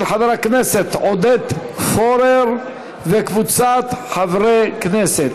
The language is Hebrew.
של חבר הכנסת עודד פורר וקבוצת חברי הכנסת.